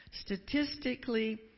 Statistically